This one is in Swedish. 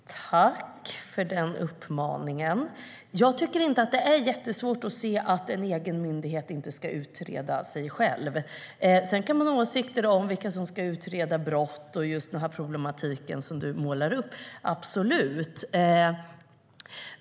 Herr talman! Jag tackar Krister Hammarbergh för uppmaningen. Jag tycker inte att det är jättesvårt att se att en myndighet inte ska utreda sig själv. Sedan kan man ha åsikter om vilka som ska utreda brott och den problematik du målar upp - absolut.